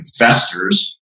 investors